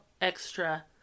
extra